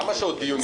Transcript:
כמה שעות דיון יש?